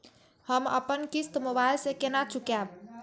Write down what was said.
हम अपन किस्त मोबाइल से केना चूकेब?